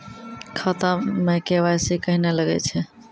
खाता मे के.वाई.सी कहिने लगय छै?